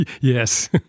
Yes